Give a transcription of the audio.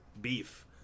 beef